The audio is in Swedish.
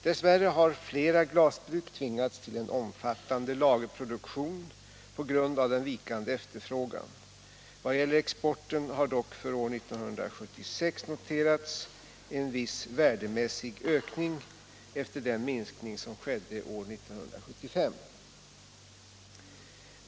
Dess värre har flera glasbruk tvingats till en omfattande lagerproduktion på grund av den vikande efterfrågan. Vad gäller exporten har dock för år 1976 noterats en viss värdemässig ökning efter den minskning som skedde år 1975.